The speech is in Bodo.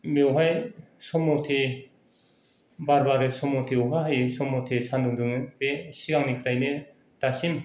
बेवहाय सम मथे बार बारो सम मथे अखा हायो सम मथे सानदुं दुङो़ बे सिगांनिफ्रानो दासिम